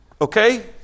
Okay